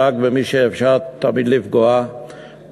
רק במי שאפשר לפגוע בו כל הזמן,